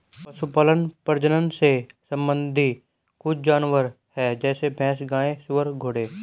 पशुपालन प्रजनन से संबंधित कुछ जानवर है जैसे भैंस, गाय, सुअर, घोड़े